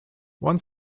one